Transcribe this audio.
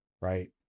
right